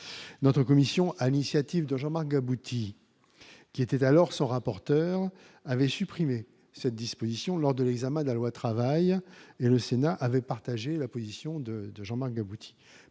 notre commission à l'initiative de Jean Manga abouti qui était alors son rapporteur avait supprimé cette disposition lors de l'examen de la loi travail et le Sénat avait partagé la position de de Jean-Marc Butty,